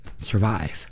survive